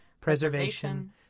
preservation